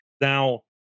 Now